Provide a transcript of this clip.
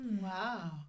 Wow